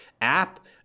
app